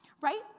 right